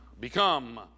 become